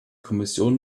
kommission